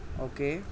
okay